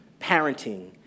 parenting